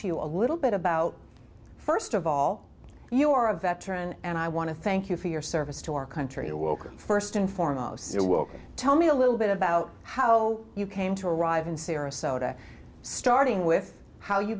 to you a little bit about first of all you are a veteran and i want to thank you for your service to our country awoke first and foremost tell me a little bit about how you came to arrive in sarasota starting with how you